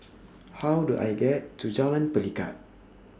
How Do I get to Jalan Pelikat